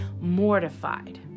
mortified